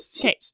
Okay